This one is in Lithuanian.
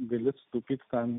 gali sakyti kad